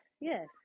yes